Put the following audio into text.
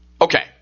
Okay